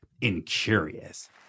incurious